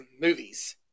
movies